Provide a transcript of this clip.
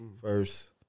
first